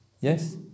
Yes